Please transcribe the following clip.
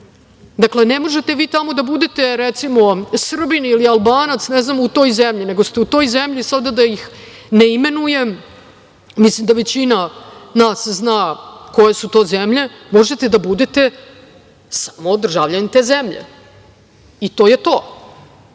Dakle, ne možete vi tamo da budete, recimo, Srbin ili Albanac, ne znam u toj zemlji, nego ste u toj zemlji, sada da ih ne imenujem, mislim da većina nas zna koje su to zemlje, možete da budete samo državljanin te zemlje, i to je